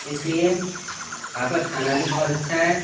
اس لیے آپ کا کھانا بھی بہت اچھا ہے